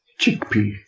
Chickpea